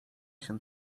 się